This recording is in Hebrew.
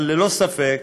אבל ללא ספק,